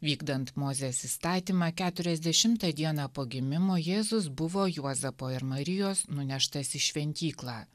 vykdant mozės įstatymą keturiasdešimtą dieną po gimimo jėzus buvo juozapo ir marijos nuneštas į šventyklą